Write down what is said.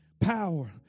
power